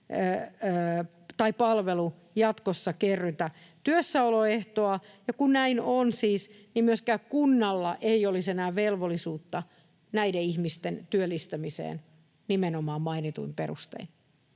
tai palvelu jatkossa kerrytä työssäoloehtoa, ja kun näin siis on, niin myöskään kunnalla ei olisi enää velvollisuutta näiden ihmisten työllistämiseen nimenomaan mainituin perustein.